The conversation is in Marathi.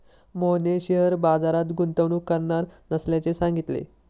मोहनने शेअर बाजारात गुंतवणूक करणार नसल्याचे सांगितले